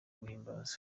guhimbaza